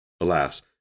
Alas